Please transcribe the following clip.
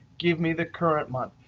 give me the current month.